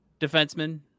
defenseman